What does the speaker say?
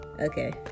okay